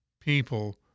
people—